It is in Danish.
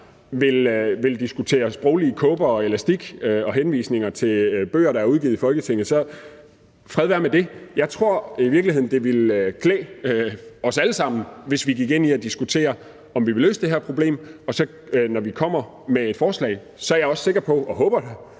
vil diskutere sproglige kåber og elastik og henvise til bøger, der er udgivet af Folketinget, så fred være med det. Jeg tror i virkeligheden, det ville klæde os alle sammen, hvis vi gik ind i at diskutere, om vi vil løse det her problem. Og når vi så kommer med forslag, er jeg også sikker på og håber da,